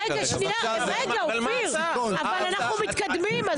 אופיר, אבל אנחנו מתקדמים.